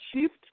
shift